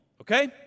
okay